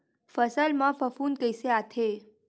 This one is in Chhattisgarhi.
फसल मा फफूंद कइसे आथे?